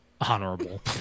Honorable